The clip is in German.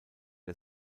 der